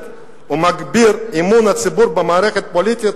ומגביר את אמון הציבור במערכת הפוליטית,